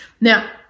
Now